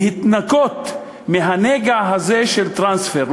להתנקות מהנגע הזה של טרנספר.